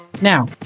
Now